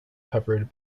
covered